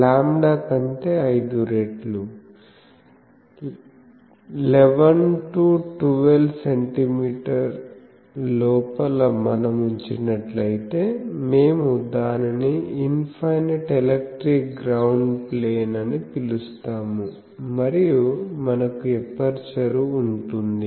lambda కంటే 5 రెట్లు 11 12 సెంటీమీటర్ల లోపల మనం ఉంచినట్లయితే మేము దానిని ఇన్ఫైనైట్ ఎలక్ట్రిక్ గ్రౌండ్ ప్లేన్ అని పిలుస్తాము మరియు మనకు ఎపర్చరు ఉంటుంది